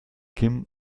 kim